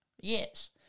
Yes